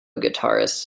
guitarists